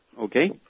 Okay